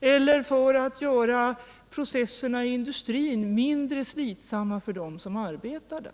eller för att göra processerna i industrin mindre slitsamma för dem som arbetar där.